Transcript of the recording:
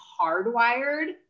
hardwired